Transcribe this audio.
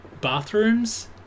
bathrooms